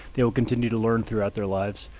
they will continue to learn throughout their lives.